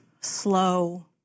slow